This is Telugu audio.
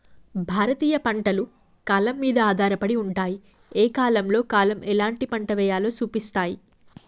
భారతీయ పంటలు కాలం మీద ఆధారపడి ఉంటాయి, ఏ కాలంలో కాలం ఎలాంటి పంట ఎయ్యాలో సూపిస్తాయి